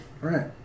Right